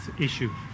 issue